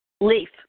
Leaf